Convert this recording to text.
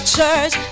church